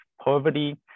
Poverty